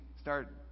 start